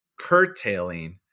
curtailing